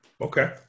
Okay